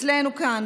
אצלנו כאן,